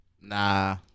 Nah